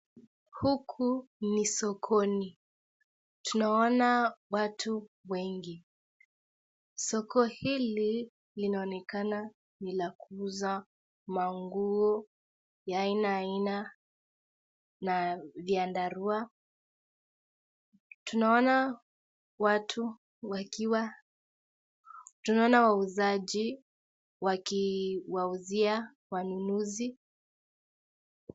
Huku ni sokoni. Tunaona watu wengi. Soko hili linaonekana ni la kuuza manguo aina aina na vyandarua. Tunaona watu wakiwa ,tunaona wauzaji wakiwauzia wanunuzi.